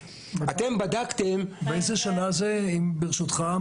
באיזו שנה זה, ברשותך?